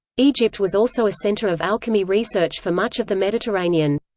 egypt was also a center of alchemy research for much of the mediterranean.